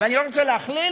ואני לא רוצה להכליל,